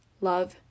love